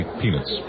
peanuts